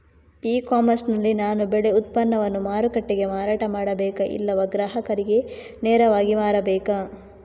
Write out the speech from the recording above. E commerce ನಲ್ಲಿ ನಾನು ಬೆಳೆ ಉತ್ಪನ್ನವನ್ನು ಮಾರುಕಟ್ಟೆಗೆ ಮಾರಾಟ ಮಾಡಬೇಕಾ ಇಲ್ಲವಾ ಗ್ರಾಹಕರಿಗೆ ನೇರವಾಗಿ ಮಾರಬೇಕಾ?